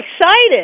excited